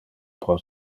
pro